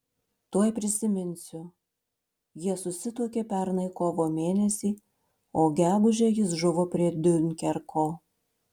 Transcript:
tuoj prisiminsiu jie susituokė pernai kovo mėnesį o gegužę jis žuvo prie diunkerko